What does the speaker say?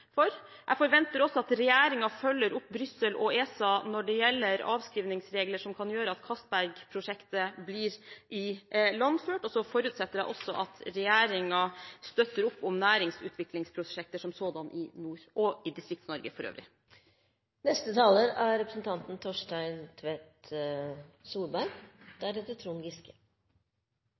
for. Jeg forventer at regjeringen følger opp Brussel og ESA når det gjelder avskrivningsregler, slik at oljen fra Castberg-feltet blir ilandført. Jeg forutsetter også at regjeringen støtter opp om næringsutviklingsprosjekter som sådanne i nord – og i Distrikts-Norge for